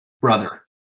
brother